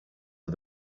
are